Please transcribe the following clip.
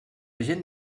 gent